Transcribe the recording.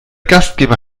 gastgeber